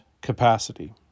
capacity